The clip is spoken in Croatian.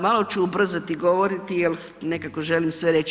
Malo ću ubrzati govoriti jer nekako želim sve reći.